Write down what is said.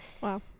Wow